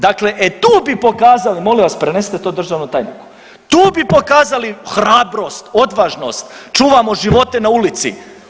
Dakle, e tu bi pokazali, molim vas prenesite to državnom tajniku, tu bi pokazali hrabrost, odvažnost, čuvamo živote na ulici.